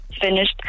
Finished